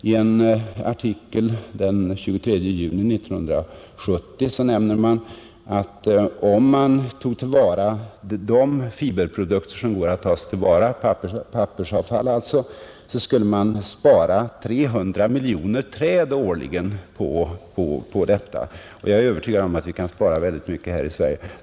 I en artikel av den 23 juni 1970 skriver man, att om de fiberprodukter som går att ta till vara, pappersavfall alltså, verkligen togs till vara, så skulle man i USA därigenom sparat 300 miljoner träd årligen. Jag är övertygad om att vi kan spara väldigt mycket också här i Sverige.